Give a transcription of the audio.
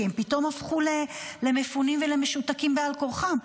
כי הם פתאום הפכו למפונים ולמשותקים בעל כורחם.